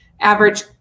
Average